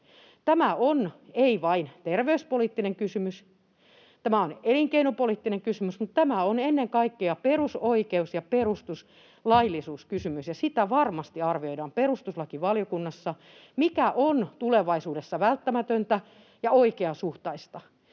Tämä ei ole vain terveyspoliittinen kysymys, tämä on elinkeinopoliittinen kysymys, mutta ennen kaikkea tämä on perusoikeus- ja perustuslaillisuuskysymys, ja varmasti arvioidaan perustuslakivaliokunnassa sitä, mikä on tulevaisuudessa välttämätöntä ja oikeasuhtaista.